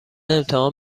امتحان